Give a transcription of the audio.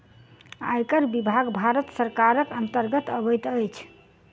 आयकर विभाग भारत सरकारक अन्तर्गत अबैत अछि